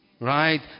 Right